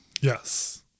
Yes